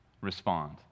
respond